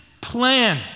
plan